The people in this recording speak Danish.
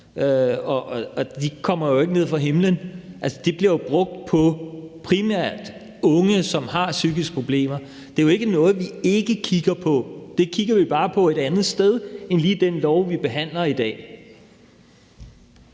og de kommer jo ikke ned fra himlen. De bliver jo primært brugt på unge, som har psykiske problemer. Det er jo ikke noget, vi ikke kigger på. Det kigger vi bare på et andet sted end lige med den lov, vi behandler i dag.